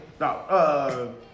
No